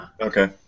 Okay